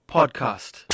Podcast